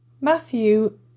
Matthew